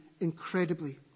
incredibly